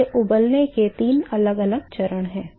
तो ये उबलने के तीन अलग अलग चरण हैं